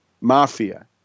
mafia